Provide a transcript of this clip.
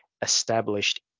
established